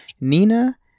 Nina